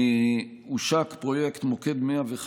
הושק פרויקט מוקד 105,